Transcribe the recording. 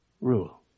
rule